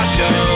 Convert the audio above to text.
Show